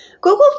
Google